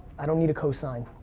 i don't need a co-sign.